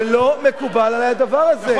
זה לא מקובל עלי הדבר הזה.